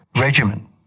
regimen